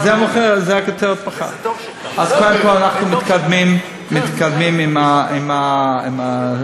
אז קודם כול אנחנו מתקדמים עם הנושא.